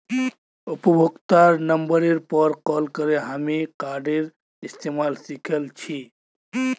उपभोक्तार नंबरेर पर कॉल करे हामी कार्डेर इस्तमाल सिखल छि